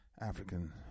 African